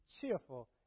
cheerful